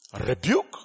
Rebuke